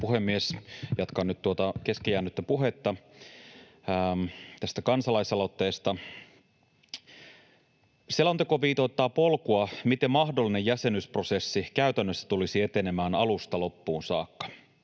puhemies! Jatkan nyt tuota kesken jäänyttä puhetta tästä kansalaisaloitteesta. Selonteko viitoittaa polkua, miten mahdollinen jäsenyysprosessi käytännössä tulisi etenemään alusta loppuun saakka.